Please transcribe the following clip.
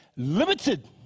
Limited